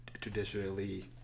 traditionally